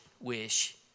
wish